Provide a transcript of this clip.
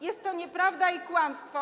Jest to nieprawda, kłamstwo.